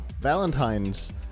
valentine's